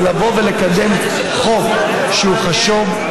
זה לבוא ולקדם חוק שהוא חשוב,